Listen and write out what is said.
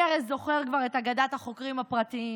הרי מי כבר זוכר את אגדת החוקרים הפרטיים